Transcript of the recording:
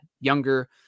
younger